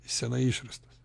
senai išrastas